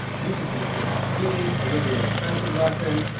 you can do this with marked beans. it's a really inexpensive lesson.